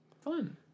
Fun